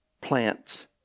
plants